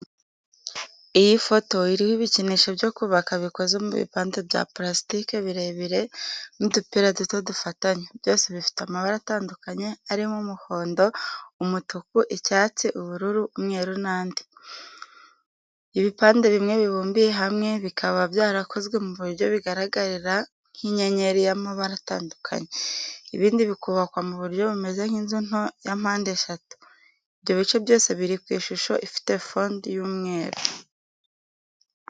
Iyi foto iriho ibikinisho byo kubaka bikoze mu bipande bya purasitike birebire n’udupira duto dufatanya, byose bifite amabara atandukanye arimo umuhondo, umutuku, icyatsi, ubururu, umweru n’andi. Ibipande bimwe bibumbiye hamwe bikaba byarakozwe mu buryo bigaragara nk’inyenyeri y’amabara atandukanye, ibindi bikubakwa mu buryo bumeze nk’inzu nto ya mpandeshatu. Ibyo bice byose biri ku ishusho ifite fond y’umweru.